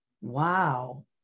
Wow